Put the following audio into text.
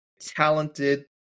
talented